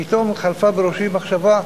פתאום חלפה בראשי מחשבה: